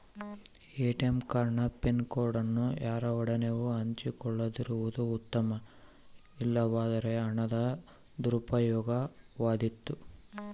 ATM card ನ PIN ಅನ್ನು ಯಾರೊಡನೆಯೂ ಹಂಚಿಕೊಳ್ಳದಿರುವುದು ಉತ್ತಮ, ಇಲ್ಲವಾದರೆ ಹಣದ ದುರುಪಯೋಗವಾದೀತು